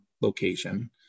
location